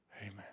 Amen